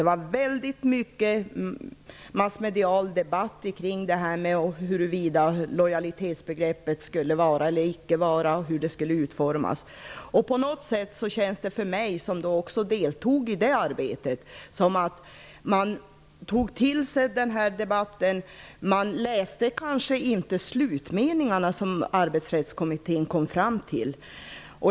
Det var mycket massmedial debatt om huruvida lojalitetsbegreppet skulle vara eller icke vara och hur det skulle utformas. För mig, som deltog i detta arbete, känns det som att man tog till sig denna debatt men kanske inte läste de slutmeningar som Arbetsrättskommittén kom fram till.